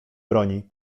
broni